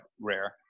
rare